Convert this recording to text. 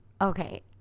Okay